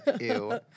Ew